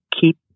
Keep